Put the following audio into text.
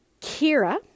Kira